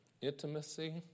intimacy